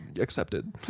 accepted